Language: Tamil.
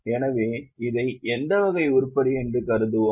எனவே இதை எந்த வகை உருப்படி என்று கருதுவோம்